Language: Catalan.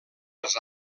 les